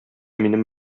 минем